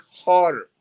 harder